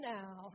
now